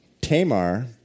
Tamar